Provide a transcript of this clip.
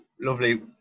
lovely